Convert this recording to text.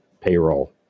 payroll